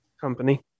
company